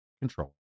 control